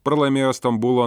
pralaimėjo stambulo